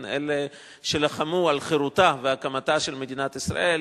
אלה שלחמו על הקמתה וחירותה של מדינת ישראל,